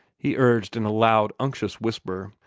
he urged in a loud, unctuous whisper,